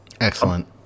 Excellent